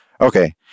Okay